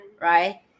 right